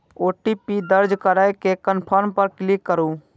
OTP दर्ज करै के कंफर्म पर क्लिक करू